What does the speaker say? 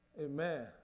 Amen